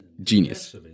Genius